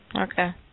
Okay